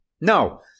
No